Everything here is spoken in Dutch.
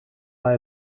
bij